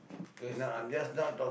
that's the